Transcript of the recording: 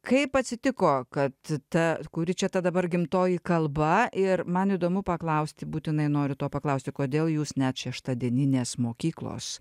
kaip atsitiko kad ta kuri čia ta dabar gimtoji kalba ir man įdomu paklausti būtinai noriu to paklausti kodėl jūs net šeštadieninės mokyklos